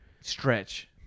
Stretch